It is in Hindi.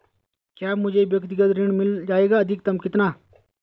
क्या मुझे व्यक्तिगत ऋण मिल जायेगा अधिकतम कितना?